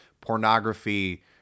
pornography